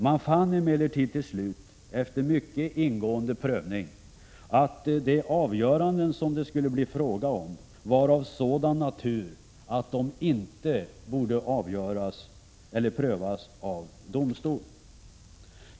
Man fann emellertid till slut, efter en mycket ingående prövning, att de avgöranden som det skulle bli fråga om var av sådan natur att de inte borde prövas av domstol.